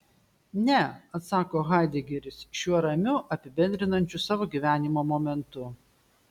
ne atsako haidegeris šiuo ramiu apibendrinančiu savo gyvenimo momentu